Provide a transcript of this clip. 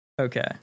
okay